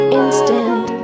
instant